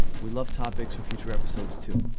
we love topics for future episodes too